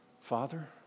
Father